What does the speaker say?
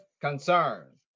concern